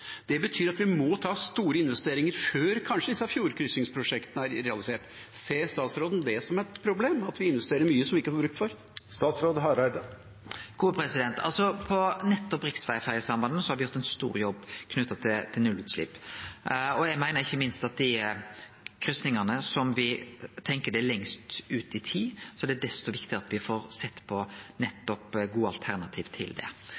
Det betyr at vi kanskje må gjøre store investeringer før disse fjordkryssingsprosjektene er realisert. Ser statsråden på det som et problem, at vi investerer mye som vi ikke får bruk for? På riksvegferjesambanda har me gjort ein stor jobb knytt til nullutslepp. Eg meiner ikkje minst at for dei kryssingane som me tenkjer er lengst ut i tid, er det desto viktigare at me får sett på gode alternativ. Me har jo jobba med denne teknologien, og det